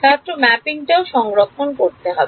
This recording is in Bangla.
ছাত্র টাও সংরক্ষণ করতে হবে